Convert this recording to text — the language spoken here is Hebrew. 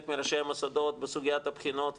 מראשי המוסדות בסוגיית הבחינות וכו',